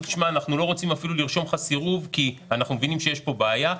שאנחנו לא רוצים אפילו לרשום לו סירוב כי אנחנו מבינים שיש כאן בעיה.